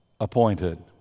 appointed